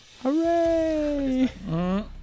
Hooray